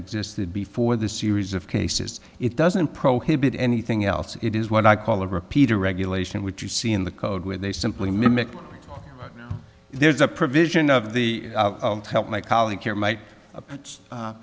existed before the series of cases it doesn't prohibit anything else it is what i call a repeater regulation which you see in the code where they simply mimic there's a provision of the help my colleague here might